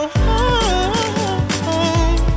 home